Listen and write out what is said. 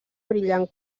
brillant